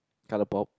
colour pop